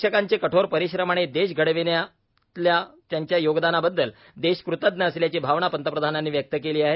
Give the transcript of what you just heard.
शिक्षकांचे कठोर परिश्रम आणि देश घडवण्यातल्यात्यांच्या योगदानाबद्दल देश कृतज्ञ असल्याची भावना पंतप्रधानांनी व्यक्त केली आहे